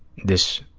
this